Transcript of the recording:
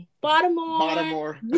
Baltimore